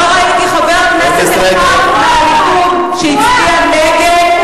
לא ראיתי חבר כנסת אחד מהליכוד שהצביע נגד.